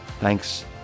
Thanks